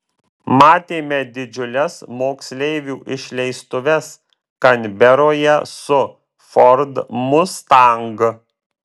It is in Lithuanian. matėme didžiules moksleivių išleistuves kanberoje su ford mustang